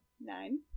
nine